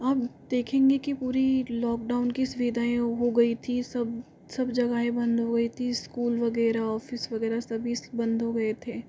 अब देखेंगे की पूरी लॉक डॉऊन की सुविधाएँ हो गई थी सब सब जगहाए बंद हो गई थी स्कूल वगैरह ऑफिस वगैरह सभी बंद हो गए थे